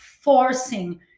forcing